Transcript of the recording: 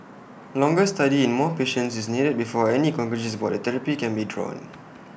longer study in more patients is needed before any conclusions about the therapy can be drawn